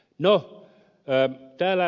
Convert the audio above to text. no täällä ed